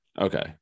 Okay